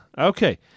Okay